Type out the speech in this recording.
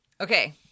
Okay